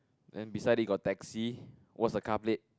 then beside it got taxi what's the car plate